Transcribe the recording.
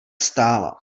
stála